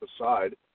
aside